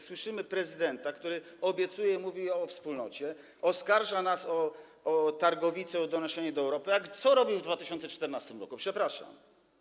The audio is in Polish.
Słyszymy prezydenta, który obiecuje i mówi o wspólnocie, oskarża nas o targowicę, o donoszenie do Europy, a co robił w 2014 r., przepraszam?